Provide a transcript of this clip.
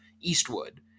Eastwood